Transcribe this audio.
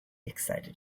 excited